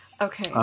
Okay